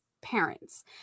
parents